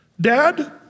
dad